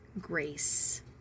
grace